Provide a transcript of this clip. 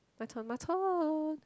my turn my turn